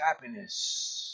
happiness